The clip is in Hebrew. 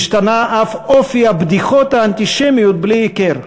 השתנה אף אופי הבדיחות האנטישמיות בלי הכר.